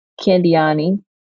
Candiani